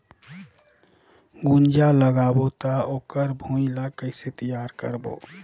गुनजा लगाबो ता ओकर भुईं ला कइसे तियार करबो?